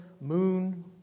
moon